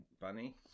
bunny